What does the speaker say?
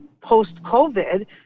post-COVID